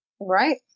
Right